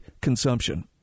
consumption